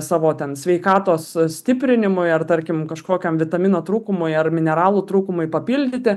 savo ten sveikatos stiprinimui ar tarkim kažkokiam vitamino trūkumui ar mineralų trūkumui papildyti